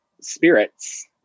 spirits